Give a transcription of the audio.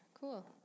Cool